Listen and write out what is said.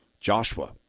Joshua